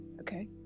Okay